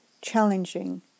challenging